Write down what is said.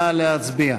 נא להצביע.